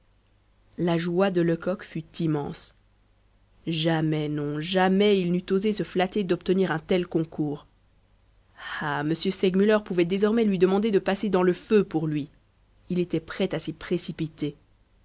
la joie de lecoq fut immense jamais non jamais il n'eût osé se flatter d'obtenir un tel concours ah m segmuller pouvait désormais lui demander de passer dans le feu pour lui il était prêt à s'y précipiter